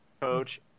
coach